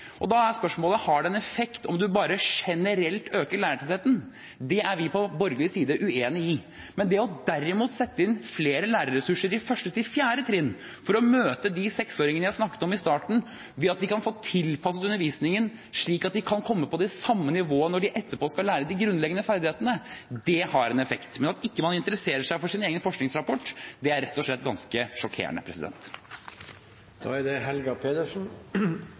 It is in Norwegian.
Da er spørsmålet: Har det en effekt om man bare generelt øker lærertettheten? Det er vi på borgerlig side uenig i. Men derimot å sette inn flere lærerressurser i 1.–4. trinn for å møte de seksåringene jeg snakket om i starten, ved at de kan få tilpasset undervisningen slik at de kan komme på det samme nivået når de etterpå skal lære de grunnleggende ferdighetene, det har en effekt. Men at man ikke interesserer seg for sin egen forskningsrapport, er rett og slett ganske sjokkerende.